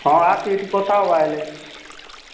ହଁ ଆସେ ଏଇଠି କଥା ହେବା ହେଲେ